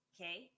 Okay